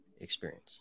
experience